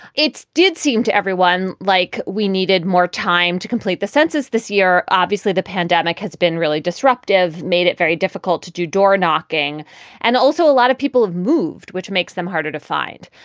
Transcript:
it's did seem to everyone like we needed more time to complete the census this year. obviously, the pandemic has been really disruptive, made it very difficult to do door knocking and also a lot of people have moved, which makes them harder to find.